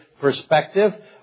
perspective